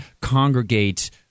congregate